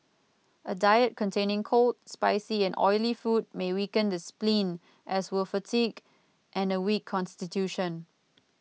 a diet containing cold spicy and oily food may weaken the spleen as will fatigue and a weak constitution